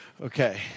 Okay